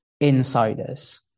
insiders